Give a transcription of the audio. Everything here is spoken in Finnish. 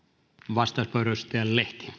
arvoisa